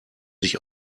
sich